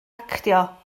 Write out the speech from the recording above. actio